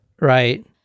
right